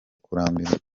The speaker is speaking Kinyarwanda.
kurambirwa